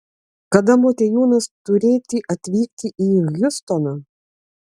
kada motiejūnas turėti atvykti į hjustoną